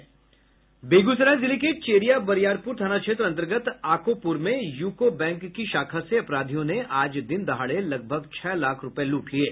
बेगूसराय जिले के चेरिया वरियारपुर थाना क्षेत्र अंतर्गत आकोपुर में यूको बैंक की शाखा से अपराधियों ने आज दिन दहाड़े लगभग छह लाख रूपये लूट लिये